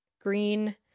Green